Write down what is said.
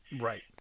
Right